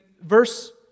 verse